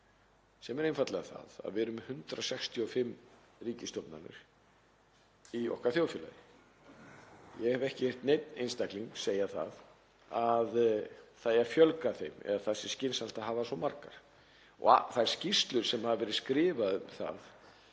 sem er einfaldlega það að við erum með 165 ríkisstofnanir í okkar þjóðfélagi. Ég hef ekki heyrt neinn einstakling segja að það eigi að fjölga þeim eða að það sé skynsamlegt að hafa svo margar. Þær skýrslur sem hafa verið skrifaðar